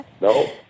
No